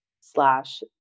slash